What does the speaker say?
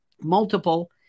multiple